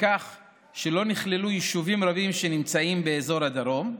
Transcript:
בכך שלא נכללו יישובים רבים שנמצאים באזור הדרום,